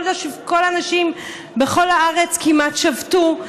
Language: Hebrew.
כל הנשים כמעט בכל הארץ שבתו,